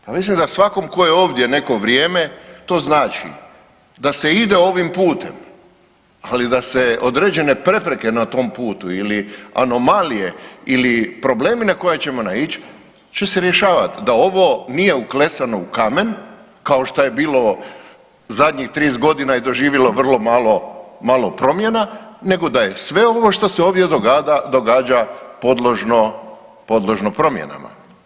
Pa mislim da svakom tko je ovdje neko vrijeme to znači da se ide ovim putem, ali da se određene prepreke na tom putu ili anomalije ili problemi na koje ćemo naići će se rješavati, da ovo nije uklesano u kamen kao što je bilo zadnjih 30 godina i doživjelo vrlo malo, malo promjena nego da je sve ovo što se ovdje događa podložno, podložno promjenama.